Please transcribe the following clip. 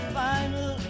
final